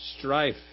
strife